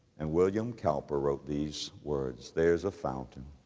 and william cowper wrote these words, there is a fountain